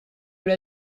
l’a